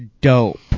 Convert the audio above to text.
dope